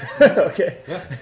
Okay